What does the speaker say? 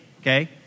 okay